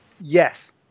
Yes